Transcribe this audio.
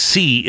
See